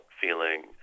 feeling